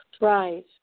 right